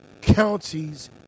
counties